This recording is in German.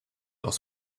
aus